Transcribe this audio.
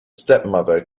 stepmother